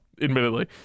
Admittedly